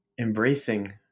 embracing